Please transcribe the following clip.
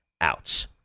outs